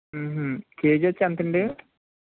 అది కేజీ వచ్చి ఎంతండి